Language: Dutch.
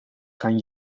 gaan